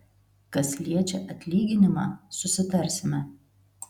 kas liečia atlyginimą susitarsime